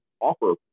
offer